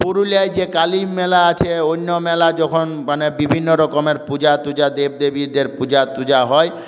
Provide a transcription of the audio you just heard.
পুরুলিয়ায় যে কালীর মেলা আছে অন্য মেলা যখন মানে বিভিন্নরকমের পূজা টূজা দেবদেবীদের পূজা টূজা হয়